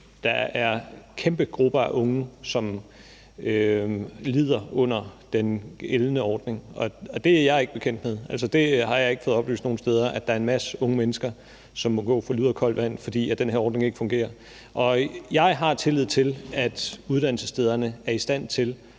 der er kæmpe grupper af unge, som lider under den gældende ordning, og det er jeg ikke bekendt med. Jeg har ikke fået oplyst nogen steder, at der er en masse unge mennesker, som må gå for lud og koldt vand, fordi den her ordning ikke fungerer, og jeg har tillid til, at uddannelsesstederne er i stand til